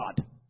God